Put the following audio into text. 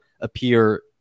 appear